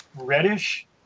reddish